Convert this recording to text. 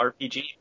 RPG